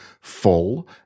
full